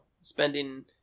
spending